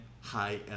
High